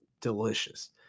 Delicious